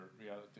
reality